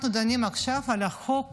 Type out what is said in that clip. אנחנו דנים עכשיו על חוק